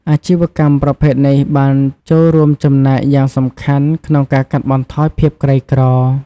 អាជីវកម្មប្រភេទនេះបានចូលរួមចំណែកយ៉ាងសំខាន់ក្នុងការកាត់បន្ថយភាពក្រីក្រ។